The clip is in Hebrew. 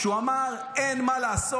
שהוא אמר: אין מה לעשות,